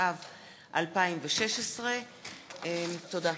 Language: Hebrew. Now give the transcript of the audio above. התשע"ו 2016. תודה.